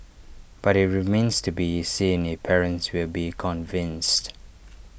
but IT remains to be seen if parents will be convinced